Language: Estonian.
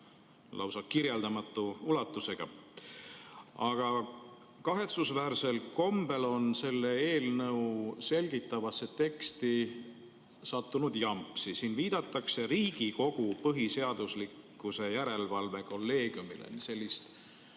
lausa kirjeldamatu ulatusega. Kahetsusväärsel kombel on aga selle eelnõu selgitavasse teksti sattunud jampsi. Siin viidatakse Riigikogu põhiseaduslikkuse järelevalve kolleegiumile. Sellist